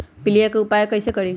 पीलिया के उपाय कई से करी?